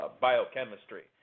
biochemistry